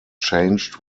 changed